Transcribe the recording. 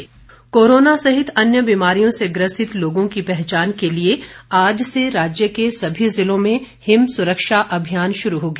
Rajiv Saizal corona सहित अन्य बीमारियों से ग्रसित लोगों की पहचान के लिए आज से राज्य के सभी जिलों में हिम सुरक्षा अभियान शुरू हो गया